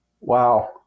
Wow